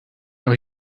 auch